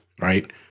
right